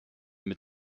mit